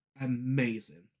amazing